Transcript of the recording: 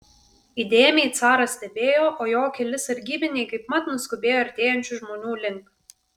įdėmiai caras stebėjo o jo keli sargybiniai kaipmat nuskubėjo artėjančių žmonių link